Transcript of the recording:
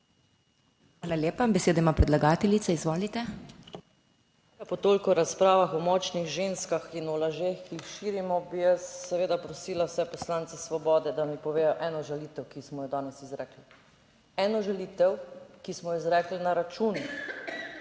hvala lepa. Besedo ima predlagateljica. Izvolite. **JELKA GODEC (PS SDS):** Po toliko razpravah o močnih ženskah in o lažeh, ki jih širimo, bi jaz seveda prosila vse poslance Svobode, da mi povedo eno žalitev, ki smo jo danes izrekli, eno žalitev, ki smo jo izrekli na račun